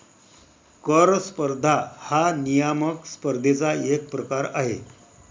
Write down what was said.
कर स्पर्धा हा नियामक स्पर्धेचा एक प्रकार आहे